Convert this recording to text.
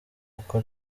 uko